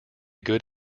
good